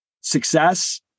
success